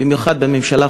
במיוחד בממשלה,